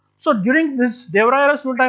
so during this deva raya's rule time,